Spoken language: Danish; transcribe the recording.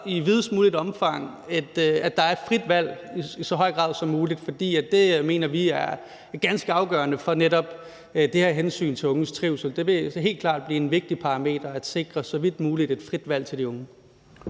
i videst muligt omfang kan sikre, at der er et frit valg i så høj grad som muligt, for det mener vi er ganske afgørende for netop det her hensyn til unges trivsel. Det vil helt klart være en vigtig parameter at sikre – så vidt muligt – et frit valg til de unge.